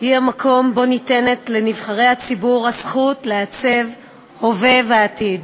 היא המקום שבו ניתנת לנבחרי הציבור הזכות לעצב הווה ועתיד